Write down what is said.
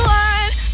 one